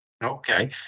Okay